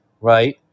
right